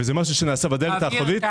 וזה משהו שנעשה בדלת האחורית,